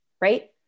Right